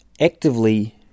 actively